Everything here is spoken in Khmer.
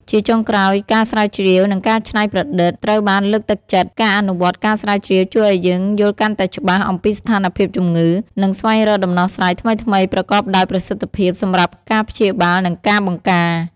ជាចុងក្រោយ ការស្រាវជ្រាវ និងការច្នៃប្រឌិត ត្រូវបានលើកទឹកចិត្ត ការអនុវត្តការស្រាវជ្រាវជួយឱ្យយើងយល់កាន់តែច្បាស់អំពីស្ថានភាពជំងឺ និងស្វែងរកដំណោះស្រាយថ្មីៗ ប្រកបដោយប្រសិទ្ធភាពសម្រាប់ការព្យាបាល និងការបង្ការ។